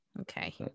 Okay